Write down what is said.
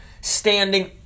standing